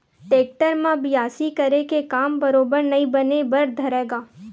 tractor म बियासी करे के काम बरोबर नइ बने बर धरय गा